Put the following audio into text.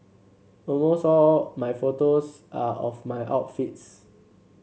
almost all my photos are of my outfits